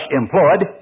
employed